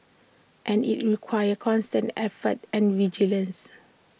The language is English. and IT requires constant effort and vigilance